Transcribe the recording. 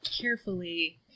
carefully